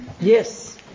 Yes